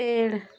पेड़